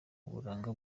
uburanga